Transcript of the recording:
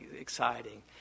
exciting